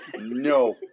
No